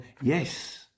yes